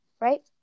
right